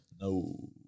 No